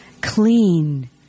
clean